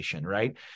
right